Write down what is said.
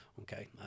Okay